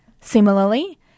Similarly